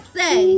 say